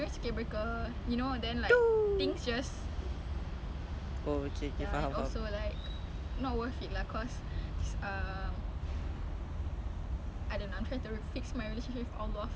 well at least you prioritise something and lagi-lagi is allah the more you how to say ah the more you bring yourself to god allah